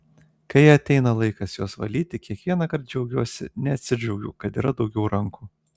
kai ateina laikas juos valyti kiekvienąkart džiaugiuosi neatsidžiaugiu kad yra daugiau rankų